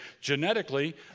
genetically